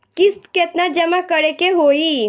किस्त केतना जमा करे के होई?